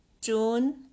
June